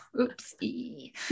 Oopsie